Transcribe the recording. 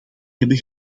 hebben